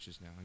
now